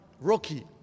rocky